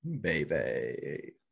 baby